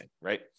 right